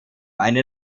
eine